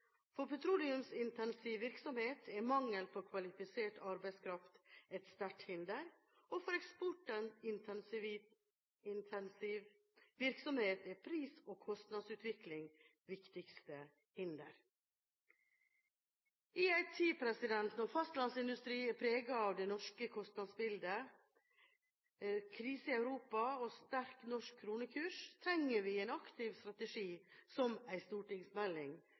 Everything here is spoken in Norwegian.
For petroleumsintensiv virksomhet er mangel på kvalifisert arbeidskraft et sterkt hinder. For eksportintensiv virksomhet er pris- og kostnadsutvikling viktigste hinder. I en tid når fastlandsindustrien er preget av det norske kostnadsbildet, krise i Europa og sterk norsk kronekurs, trenger vi en aktiv strategi som en stortingsmelding